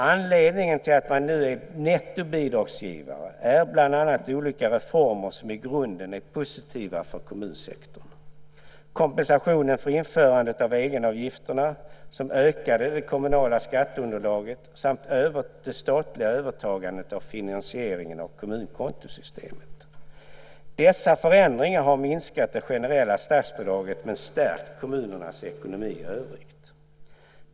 Anledningen till att man nu är nettobidragsgivare är bland annat olika reformer som i grunden är positiva för kommunsektorn, kompensationen för införandet av egenavgifterna som ökar det kommunala skatteunderlaget samt det statliga övertagandet av finansieringen av kommunkontosystemet. Dessa förändringar har minskat det generella statsbidraget men stärkt kommunernas ekonomi i övrigt.